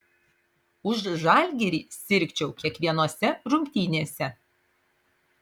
už žalgirį sirgčiau kiekvienose rungtynėse